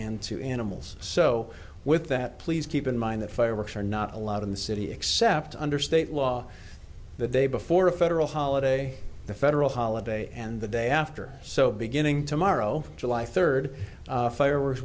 and to animals so with that please keep in mind that fireworks are not allowed in the city except under state law the day before a federal holiday the federal holiday and the day after so beginning tomorrow july third fire